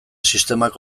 sistemak